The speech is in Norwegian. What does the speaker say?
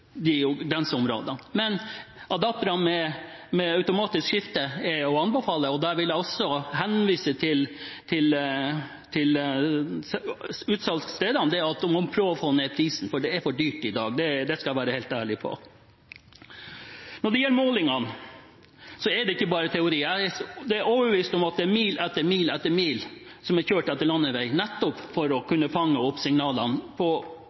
med automatisk skifte er å anbefale. Jeg vil også henvise til utsalgsstedene med hensyn til å prøve å få ned prisen, for det er for dyrt i dag. Det skal jeg være helt ærlig på. Når det gjelder målingene, er det ikke bare teori. Jeg er overbevist om at det er kjørt mil etter mil etter mil etter landeveien, nettopp for å kunne fange opp signalene på